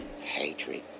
hatred